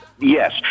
Yes